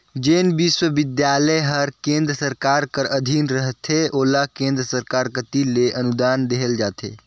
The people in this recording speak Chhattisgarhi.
जेन बिस्वबिद्यालय हर केन्द्र सरकार कर अधीन रहथे ओला केन्द्र सरकार कती ले अनुदान देहल जाथे